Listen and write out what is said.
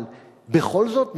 אבל בכל זאת,